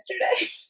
yesterday